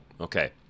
Okay